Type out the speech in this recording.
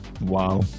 wow